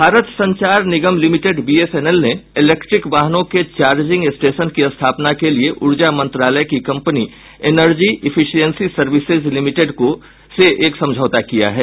Bharat Sanchar Nigam limited BSNL ने electric वाहनों के चार्जिंग स्टेशन की स्थापना के लिये ऊर्जा मंत्रालय की company energy efficiency services limited से एक समझौता किया है